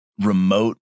remote